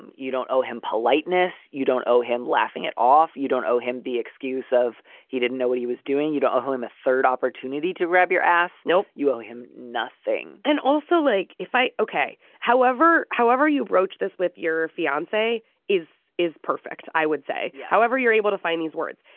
and you don't owe him politeness. you don't owe him laughing it off. you don't owe him the excuse of he didn't know what he was doing. you don't owe him a third opportunity to grab your ass no, you owe him nothing. and also, like, if i. ok. however, however you broach this with your fiance, say is is perfect. i would say, however, you're able to find these words.